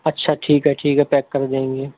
اچھا ٹھیک ہے ٹھیک ہے پیک کر دیں گے